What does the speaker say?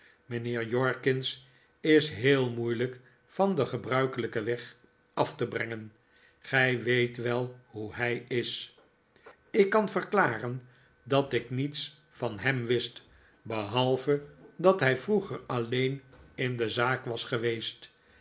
mijnheer jorkins is heel moeilijk van den gebruikelijken weg af te brengen gij weet wel hoe hij is ik kan verklaren dat ik niets van hem wist behalve dat hij vroeger alleen in de zaak was geweest